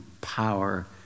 power